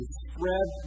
spread